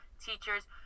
teachers